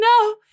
no